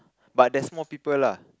but there's more people lah